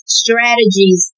strategies